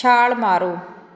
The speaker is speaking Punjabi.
ਛਾਲ ਮਾਰੋ